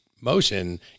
motion